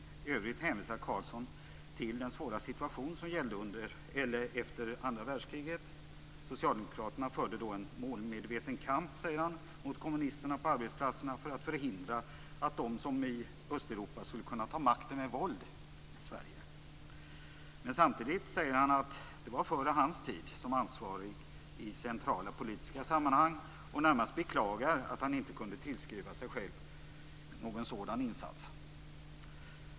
I övrigt hänvisar Carlsson till den svåra situation som gällde efter andra världskriget. Socialdemokraterna förde då en målmedveten kamp, säger han, mot kommunisterna på arbetsplatserna för att förhindra att de som i Östeuropa skulle kunna ta makten med våld i Sverige. Men samtidigt säger han att det var före hans tid som ansvarig i centrala politiska sammanhang, och närmast beklagar att han inte kunde tillskriva sig själv någon sådan insats.